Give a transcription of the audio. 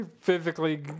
physically